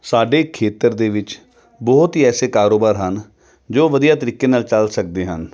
ਸਾਡੇ ਖੇਤਰ ਦੇ ਵਿੱਚ ਬਹੁਤ ਹੀ ਐਸੇ ਕਾਰੋਬਾਰ ਹਨ ਜੋ ਵਧੀਆ ਤਰੀਕੇ ਨਾਲ ਚੱਲ ਸਕਦੇ ਹਨ